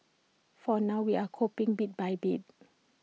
for now we're coping bit by bit